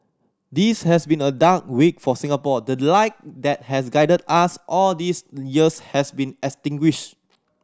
this has been a dark week for Singapore the the light that has guided us all these years has been extinguished